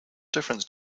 difference